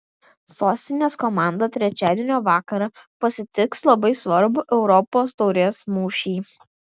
sostinės komanda trečiadienio vakarą pasitiks labai svarbų europos taurės mūšį